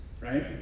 Right